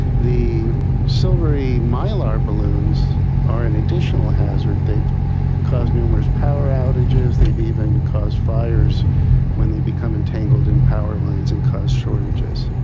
the silvery mylar balloons are an additional hazard. they've caused numerous power outages they've even cause fires when they become entangled in power lines and cause shortages.